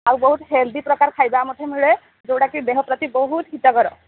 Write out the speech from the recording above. ଆଉ ବହୁତ ହେଲ୍ଦି ପ୍ରକାର ଖାଇବା ମଧ୍ୟ ମିଳେ ଯୋଉଟାକି ଦେହ ପ୍ରତି ବହୁତ ହିତକର